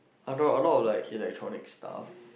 I got a lot of like electronic stuff